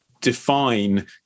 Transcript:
define